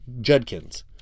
Judkins